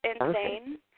insane